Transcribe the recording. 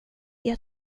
jag